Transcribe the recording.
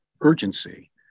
urgency